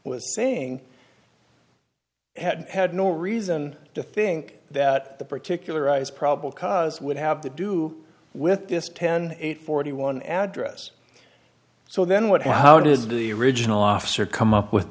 saying had had no reason to think that the particularized probable cause would have to do with this ten eight forty one address so then what how does the original officer come up with